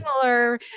Similar